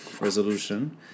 resolution